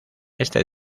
este